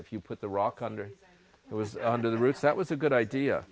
if you put the rock under it was under the roof that was a good idea